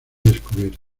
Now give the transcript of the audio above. descubierto